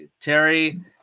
Terry